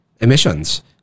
emissions